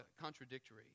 contradictory